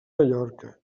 mallorca